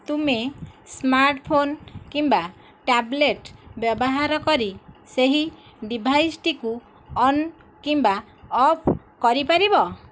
ତୁମେ smart phone କିମ୍ବା tablet ବ୍ୟବହାର କରି ସେହି ଡିଭାଇସ୍ଟିକୁ ଅନ୍ କିମ୍ବା ଅଫ୍ କରିପାରିବ